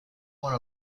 one